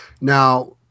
Now